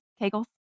kegels